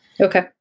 Okay